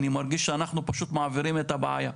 אני מרגיש שאנחנו פשוט מעבירים את הבעיה.